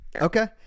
okay